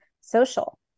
social